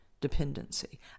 dependency